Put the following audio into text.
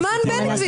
זמן בן גביר.